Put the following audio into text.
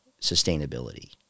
sustainability